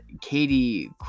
Katie